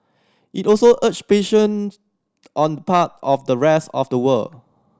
it also urged patience on the part of the rest of the world